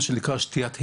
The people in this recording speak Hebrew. מה שנקרא "שתיית הילולה".